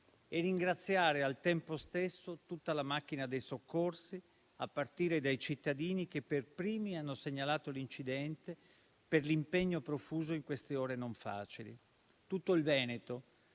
e ringraziare al tempo stesso tutta la macchina dei soccorsi, a partire dai cittadini che per primi hanno segnalato l'incidente, per l'impegno profuso in queste ore non facili. Tutto il Veneto,